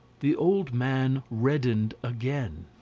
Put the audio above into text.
the old man reddened again.